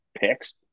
picks